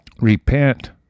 repent